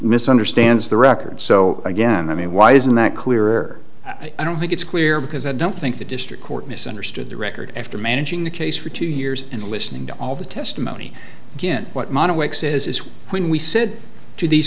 misunderstands the record so again i mean why isn't that clear i don't think it's clear because i don't think the district court misunderstood the record after managing the case for two years and listening to all the testimony given what modern wake says is when we said to these